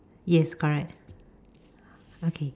yes correct okay